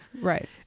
Right